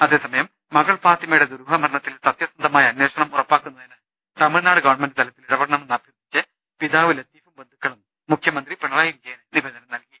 അതേസമയം മകൾ ഫാത്തിമയുടെ ദുരൂഹ മരണത്തിൽ സത്യസന്ധമായ അന്വേഷണം ഉറപ്പാക്കുന്നതിന് തമിഴ്നാട് ഗവൺമെന്റ് തലത്തിൽ ഇടപെടണമെന്ന് അഭ്യർഥിച്ച് പിതാവ് ലത്തീഫും ബന്ധുക്കളും മുഖ്യമന്ത്രി പിണറായി വിജയന് നിവേദനം നൽകി